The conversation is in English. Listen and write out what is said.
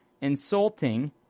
insulting